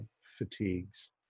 fatigues